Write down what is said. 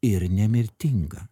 ir nemirtinga